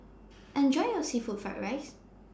Enjoy your Seafood Fried Rice